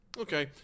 okay